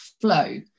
flow